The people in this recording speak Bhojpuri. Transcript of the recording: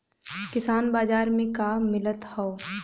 किसान बाजार मे का मिलत हव?